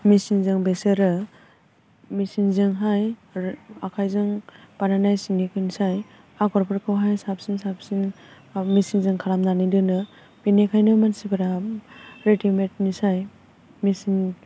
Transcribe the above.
मेसिनजों बिसोरो मेसिनजोंहाय रे आखायजों बानायनाय सिनिस्राय आगरफोरखौहाय साबसिन साबसिन मेसिनजों खालामनानै दोनो बेनिखायनो मानसिफोरा रेदिमेटनिसाय मेसिन